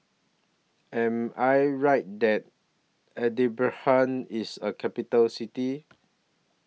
Am I Right that Edinburgh IS A Capital City